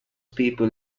people